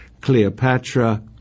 Cleopatra